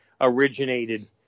originated